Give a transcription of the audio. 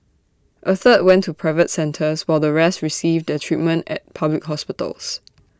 A third went to private centres while the rest received their treatment at public hospitals